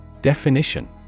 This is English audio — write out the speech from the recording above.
Definition